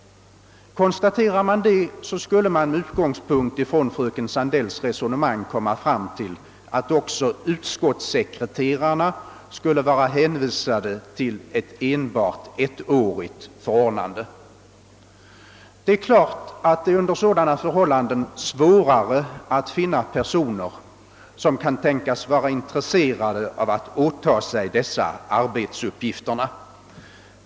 Konstaterar man det, skulle man med utgångspunkt från fröken Sandells resonemang komma till resultatet att också utskottssekreterarna skulle vara hänvisade till ett enbart ettårigt förordnande. Under sådana förhållanden är det givetvis svårare att finna personer som kan tänkas vara intresserade av att åta sig dessa arbetsuppgifter.